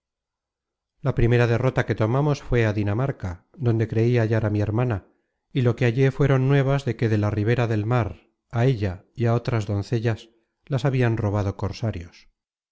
la primer derrota que tomamos fué á dinamarca donde creí hallar á mi hermana y lo que hallé fueron nuevas de que de la ribera del mar á ella y á otras doncellas las habian robado cosarios